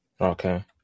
Okay